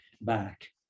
back